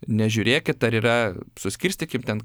nežiūrėkit ar yra suskirstykim ten